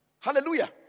Hallelujah